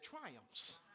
triumphs